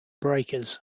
breakers